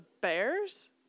Bears